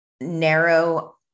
narrow